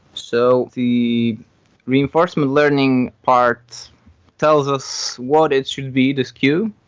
so the reinforcement learning part tells us what it should be, this q,